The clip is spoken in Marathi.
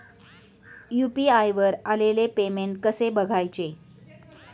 यु.पी.आय वर आलेले पेमेंट कसे बघायचे?